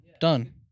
Done